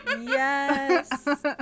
Yes